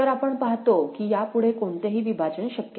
तर आपण पाहतो की यापुढे कोणतेही विभाजन शक्य नाही